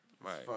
Right